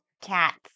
cats